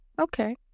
Okay